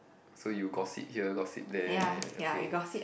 so you gossip here gossip there okay